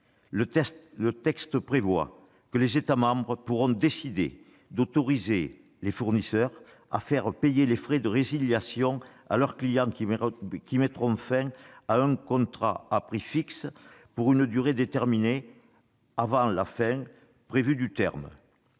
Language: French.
ce texte prévoit que les États membres pourront décider d'autoriser les fournisseurs à faire payer des frais de résiliation à leurs clients qui mettront fin à un contrat à prix fixe pour une durée déterminée avant le terme